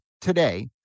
today